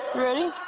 ready?